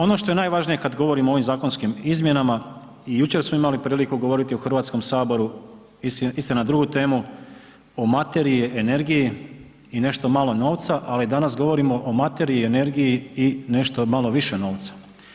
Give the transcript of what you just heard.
Ono što je najvažnije kad govorimo o ovim zakonskim izmjenama i jučer smo imali priliku govoriti u Hrvatskom saboru, istina drugu temu o materiji, energiji i nešto malo novca, ali danas govorimo o materiji, energiji i nešto malo više novca.